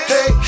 Hey